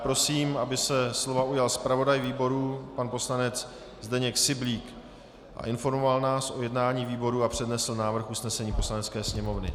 Prosím, aby se slova ujal zpravodaj výboru pan poslanec Zdeněk Syblík, a informoval nás o jednání výboru a přednesl návrh usnesení Poslanecké sněmovny.